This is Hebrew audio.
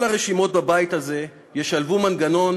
כל הרשימות בבית הזה ישלבו מנגנון